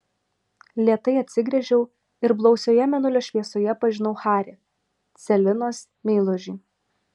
lėtai atsigręžiau ir blausioje mėnulio šviesoje pažinau harį celinos meilužį